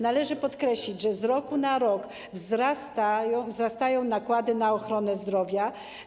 Należy podkreślić, że z roku na rok wzrastają nakłady na ochronę zdrowia.